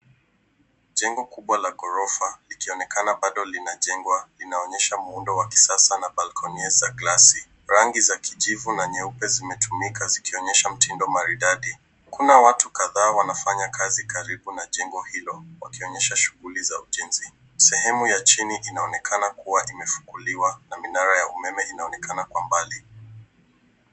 Jengo kubwa la ghorofa likionekana bado linajengwa inaonyesha muundo wa kisasa na balkoni za glasi. Rangi za kijivu na nyeupe zimetumika zikionyesha mtindo maridadi. Kuna watu kadhaa wanafanya kazi karibu na jengo hilo wakionyesha shughuli za ujenzi. Sehemu ya chini inaonekana kuwa imefukuliwa na minara ya umeme inaonekana kwa mbali.